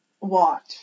Watch